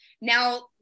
now